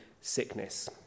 sickness